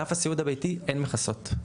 בענף הסיעוד הביתי אין מכסות.